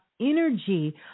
energy